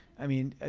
i mean,